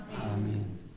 Amen